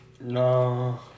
No